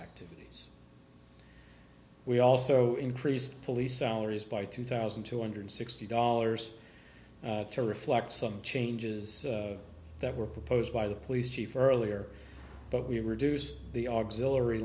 activities we also increased police salaries by two thousand two hundred sixty dollars to reflect some changes that were proposed by the police chief earlier but we reduced the auxilary